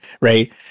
right